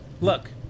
Look